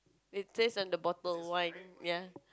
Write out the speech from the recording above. replace on the bottle wine ya